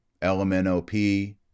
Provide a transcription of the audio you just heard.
LMNOP